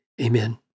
Amen